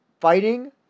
fighting